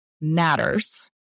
matters